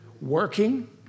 working